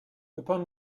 upon